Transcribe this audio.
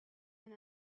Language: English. and